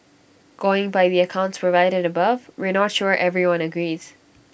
going by the accounts provided above we're not sure everyone agrees